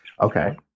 Okay